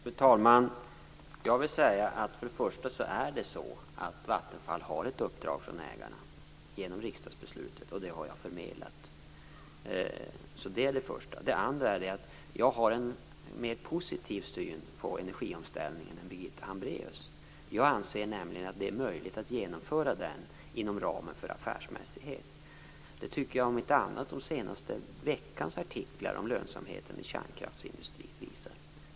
Fru talman! Jag vill säga att för det första är det så att Vattenfall har ett uppdrag från ägarna genom riksdagsbeslutet. Det har jag förmedlat. Det är det första. Det andra är att jag har en mer positiv syn på energiomställningen än Birgitta Hambraeus. Jag anser nämligen att det är möjligt att genomföra den inom ramen för affärsmässighet. Det tycker jag om inte annat att den senaste veckans artiklar om lönsamheten i kärnkraftsindustrin visar.